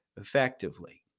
effectively